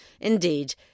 Indeed